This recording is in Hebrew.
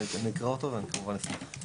אני אקרא אותו, ואני כמובן אשמח.